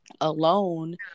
alone